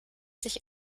sich